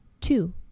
Two